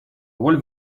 роль